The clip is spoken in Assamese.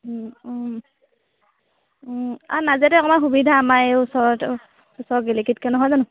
আৰু নাজিৰাতে অকণমান সুবিধা আমাৰ এই ওচৰত ওচৰত গেলেকীতকে নহয় জানো